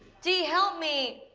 d help me!